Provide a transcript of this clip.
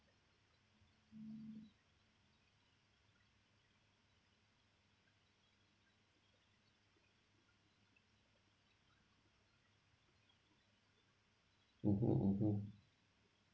mmhmm mmhmm